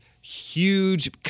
huge